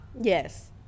Yes